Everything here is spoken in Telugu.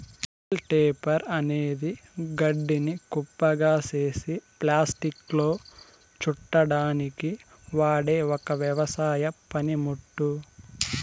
బేల్ రేపర్ అనేది గడ్డిని కుప్పగా చేసి ప్లాస్టిక్లో చుట్టడానికి వాడె ఒక వ్యవసాయ పనిముట్టు